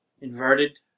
Inverted